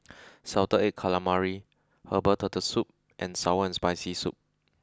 salted egg calamari herbal turtle soup and sour and spicy soup